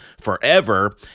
forever